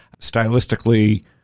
stylistically